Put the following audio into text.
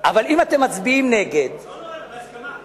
אבל אם אתם מצביעים נגד, לא, בהסכמה.